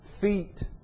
feet